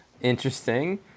interesting